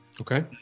okay